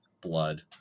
blood